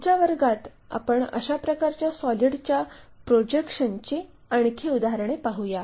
पुढच्या वर्गात आपण अशा प्रकारच्या सॉलिडच्या प्रोजेक्शनची आणखी उदाहरणे पाहू